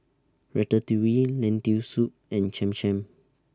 Ratatouille Lentil Soup and Cham Cham